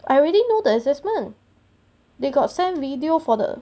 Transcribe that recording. I already know the assessment they got send video for the